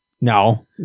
no